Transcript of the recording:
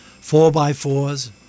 Four-by-fours